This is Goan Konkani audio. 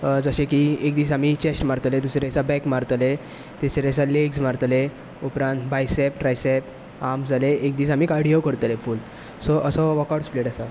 एक दीस आमी चेस्ट मारतले दुसरे दीस बेक मारतले तिसरे जिसा लेग्स मारतले उपरांत बायसेप ट्रायसेप आर्मज जाले एक दीस आमी कार्डियो करतले फूल असो वर्क आवट स्प्लिट आसा